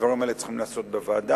הדברים האלה צריכים להיעשות בוועדה.